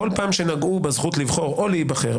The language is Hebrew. בכל פעם כשנגעו בזכות לבחור או להיבחר,